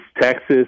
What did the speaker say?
Texas